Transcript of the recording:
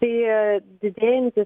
tai didėjantis